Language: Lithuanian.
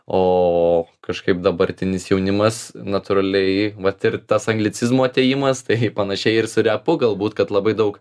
o kažkaip dabartinis jaunimas natūraliai vat ir tas anglicizmų atėjimas tai panašiai ir su repu galbūt kad labai daug